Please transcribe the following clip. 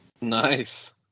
Nice